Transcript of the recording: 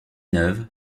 neuve